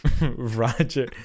Roger